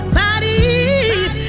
bodies